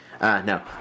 No